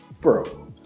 bro